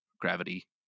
gravity